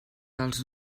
dels